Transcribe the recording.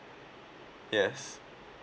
yes